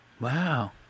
Wow